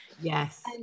Yes